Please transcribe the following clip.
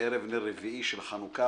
ערב נר רביעי של חנוכה.